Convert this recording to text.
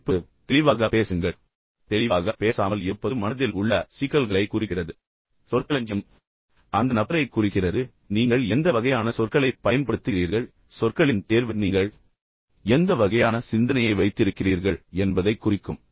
உச்சரிப்பு எனவே தெளிவாக பேசுங்கள் அல்லது மீண்டும் தெளிவாக பேசாமல் இருப்பது மனதில் உள்ள சிக்கல்களைக் குறிக்கிறது சொற்களஞ்சியம் மீண்டும் அந்த நபரைக் குறிக்கிறது நீங்கள் எந்த வகையான சொற்களைப் பயன்படுத்துகிறீர்கள் சொற்களின் தேர்வு நீங்கள் எந்த வகையான சிந்தனையை வைத்திருக்கிறீர்கள் என்பதைக் குறிக்கும்